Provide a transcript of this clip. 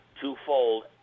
twofold